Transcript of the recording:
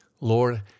Lord